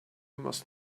must